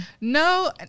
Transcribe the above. No